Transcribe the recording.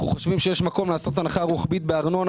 אנחנו חושבים שיש מקום לעשות הנחה רוחבית בארנונה